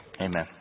amen